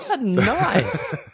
nice